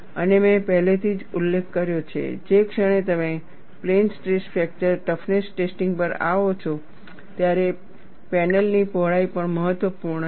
અને મેં પહેલેથી જ ઉલ્લેખ કર્યો છે જે ક્ષણે તમે plane stress fracture toughness testing પર આવો છો ત્યારે પેનલની પહોળાઈ પણ મહત્વપૂર્ણ છે